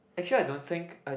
actually I don't think i